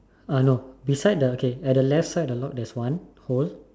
uh no beside the okay at the left side of the lock there's one hole